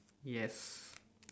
yes